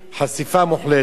חשיפה מוחלטת.